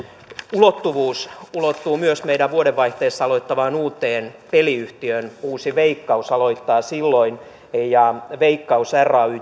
ulottuvuus ulottuu myös meillä vuodenvaihteessa aloittavaan uuteen peliyhtiöön uusi veikkaus aloittaa silloin veikkaus ray